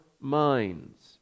minds